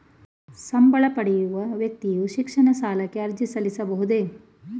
ಸಂಬಳ ಪಡೆಯುವ ವ್ಯಕ್ತಿಯು ಶಿಕ್ಷಣ ಸಾಲಕ್ಕೆ ಅರ್ಜಿ ಸಲ್ಲಿಸಬಹುದೇ?